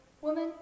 Woman